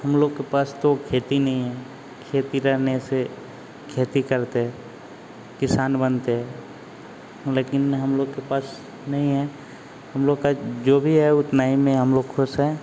हम लोगों के पास तो खेती नहीं है खेती रहने से खेती करते हैं किसान बनते लेकिन हम लोग के पास नहीं है हम लोग का जो भी है उतना ही में हम लोग ख़ुश हैं